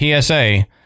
PSA